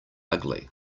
ugly